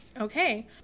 Okay